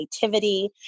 creativity